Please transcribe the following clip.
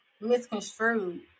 misconstrued